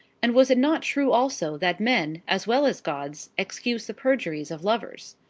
and was it not true also that men, as well as gods, excuse the perjuries of lovers?